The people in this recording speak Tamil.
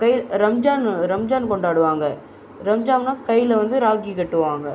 கை ரம்ஜான்னு ரம்ஜான் கொண்டாடுவாங்க ரம்ஜான்னா கையில் வந்து ராக்கி கட்டுவாங்க